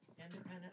independent